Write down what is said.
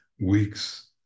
weeks